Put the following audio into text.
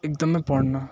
एकदमै पढ्न